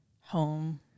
home